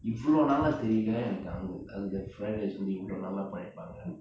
இவ்வளொ நாளா தெரியல அங்~ அந்த:ivolo naala theriyala ang~ antha fried rice வந்துட்டு:vanthuttu